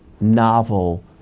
novel